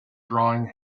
drawing